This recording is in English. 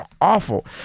awful